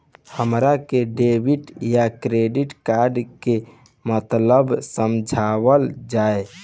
हमरा के डेबिट या क्रेडिट कार्ड के मतलब समझावल जाय?